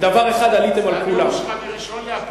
זה הנאום שלך מ-1 באפריל.